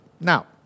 Now